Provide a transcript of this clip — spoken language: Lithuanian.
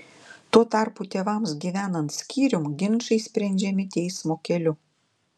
tuo tarpu tėvams gyvenant skyrium ginčai sprendžiami teismo keliu